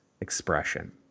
Expression